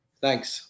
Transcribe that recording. thanks